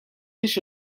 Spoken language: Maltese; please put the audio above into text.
biex